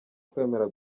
kwemera